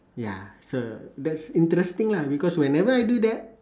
ya so that's interesting lah because whenever I do that